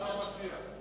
מה השר מציע?